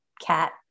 cat